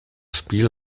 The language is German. spiel